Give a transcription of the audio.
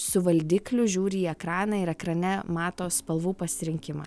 su valdikliu žiūri į ekraną ir ekrane mato spalvų pasirinkimą